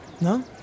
No